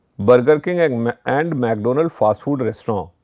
burger king, and and mcdonald's fast food restaurants.